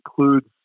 includes